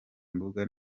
mbuga